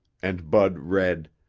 and bud read,